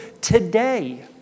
today